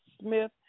Smith